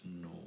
no